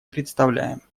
представляем